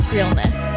Realness